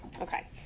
okay